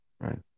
Right